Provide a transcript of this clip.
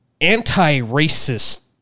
anti-racist